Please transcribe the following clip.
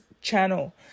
channel